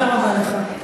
תודה רבה לך.